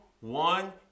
one